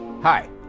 Hi